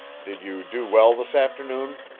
did you do well this afternoon?